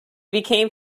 became